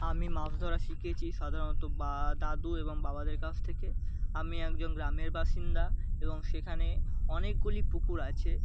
আমি মাছ ধরা শিখেছি সাধারণত বা দাদু এবং বাবাদের কাছ থেকে আমি একজন গ্রামের বাসিন্দা এবং সেখানে অনেকগুলি পুকুর আছে